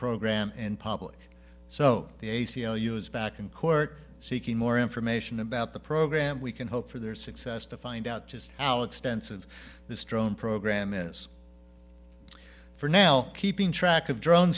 program in public so the a c l u is back in court seeking more information about the program we can hope for their success to find out just how extensive this drone program is for now keeping track of dr